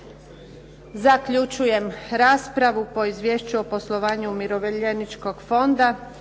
Zaključujem raspravu po Izvješću o poslovanju Umirovljeničkog fonda.